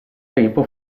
tempo